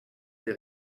der